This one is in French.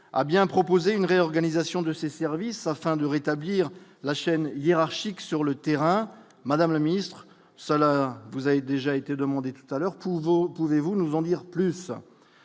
a bien proposé une réorganisation de ses services afin de rétablir la chaîne hiérarchique sur le terrain, Madame la Ministre, cela vous avez déjà été demandé tout à l'heure pour vous, pouvez-vous nous en dire plus,